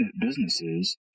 businesses